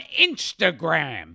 Instagram